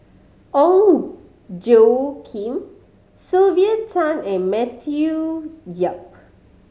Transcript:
Ong Tjoe Kim Sylvia Tan and Matthew Yap